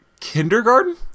Kindergarten